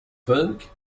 funk